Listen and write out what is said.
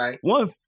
one